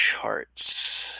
charts